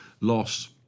loss